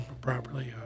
properly